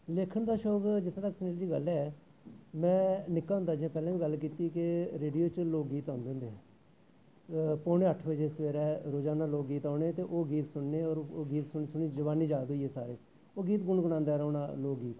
लेखन दा शौक जित्थें तक गल्ल ऐ में निक्के होंदे जे पैह्लें दी गल्ल कीती के रेडियो च लोक गीत आंदे होंदे हे पौने अट्ठ बजे रोज लोग गीत औने ते ओह् गीत सुनने और ओह् गीत सुनी सुनी जवानी जाद होई गे सारे ओह् गीत गुन गुनांदे रौह्ना लोग गीत